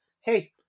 Hey